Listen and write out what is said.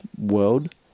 world